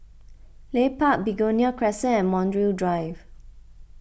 Leith Park Begonia Crescent and Montreal Drive